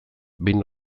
behin